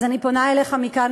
אז אני פונה אליך מכאן,